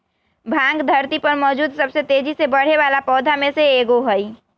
भांग धरती पर मौजूद सबसे तेजी से बढ़ेवाला पौधा में से एगो हई